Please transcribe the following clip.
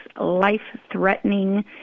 life-threatening